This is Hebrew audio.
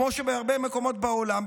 כמו בהרבה מקומות בעולם.